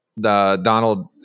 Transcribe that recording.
Donald